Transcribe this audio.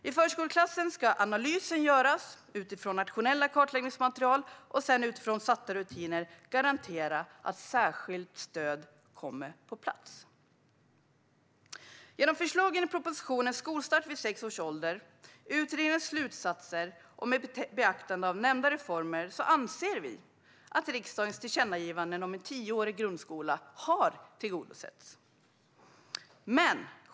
I förskoleklassen ska analysen göras utifrån nationella kartläggningsmaterial, och sedan ska det utifrån satta rutiner garanteras att särskilt stöd kommer på plats. Genom förslagen i propositionen Skolstart vid sex års ålder och utredningens slutsatser samt med beaktande av nämnda reformer anser vi att riksdagens tillkännagivanden om en tioårig grundskola har tillgodosetts.